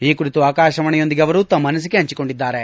ಈ ಕುರಿತು ಆಕಾಶವಾಣಿಯೊಂದಿಗೆ ಅವರು ತಮ್ನ ಅನಿಸಿಕೆ ಹಂಚಿಕೊಂಡಿದ್ದಾರೆ